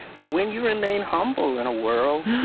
and when you remain humble in a world,